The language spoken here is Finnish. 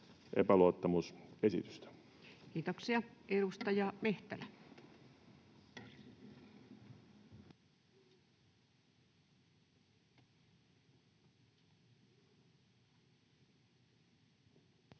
epäluottamusesitystä. Kiitoksia. — Edustaja Mehtälä. Arvoisa